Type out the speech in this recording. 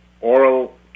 oral